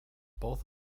both